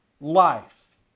life